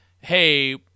hey